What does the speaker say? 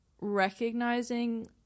recognizing